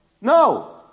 No